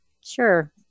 Sure